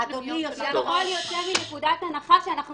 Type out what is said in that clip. כביכול אתה יוצא מנקודת הנחה שאנחנו